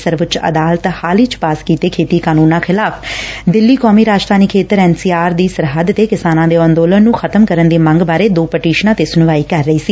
ਸਰਵਉੱਚ ਅਦਾਲਤ ਹਾਲ ਹੀ ਪਾਸ ਕੀਤੇ ਖੇਤੀ ਕਾਨੰਨਾ ਖਿਲਾਫ਼ ਦਿੱਲੀ ਕੌਮੀ ਰਾਜਧਾਨੀ ਖੇਤਰ ਦੀ ਸੀਮਾ ਤੇ ਕਿਸਾਨਾਂ ਦੇ ਐਦੋਲਨ ਨੂੰ ਖ਼ਤਮ ਕਰਨ ਦੀ ਮੰਗ ਬਾਰੇ ਦੋ ਪਟੀਸ਼ਨਾਂ ਤੇ ਸੁਣਵਾਈ ਕਰ ਰਹੀ ਸੀ